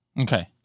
Okay